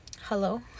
hello